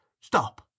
Stop